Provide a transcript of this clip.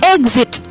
exit